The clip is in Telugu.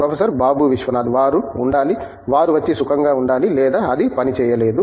ప్రొఫెసర్ బాబు విశ్వనాథ్ వారు ఉండాలి వారు వచ్చి సుఖంగా ఉండాలి లేదా అది పని చేయలేదు